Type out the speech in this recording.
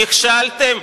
נכשלתם?